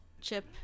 Chip